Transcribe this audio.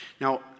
Now